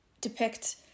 depict